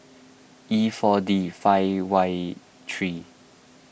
E four D five Y three